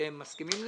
אתם מסכימים לזה?